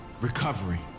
recovery